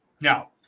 Now